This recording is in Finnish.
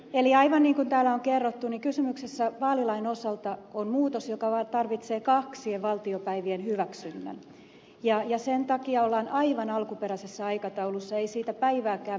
eli aivan niin kuin täällä on kerrottu kysymyksessä vaalilain osalta on muutos joka tarvitsee kaksien valtiopäivien hyväksynnän ja sen takia ollaan aivan alkuperäisessä aikataulussa ei siitä päivääkään myöhässä